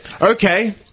Okay